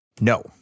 No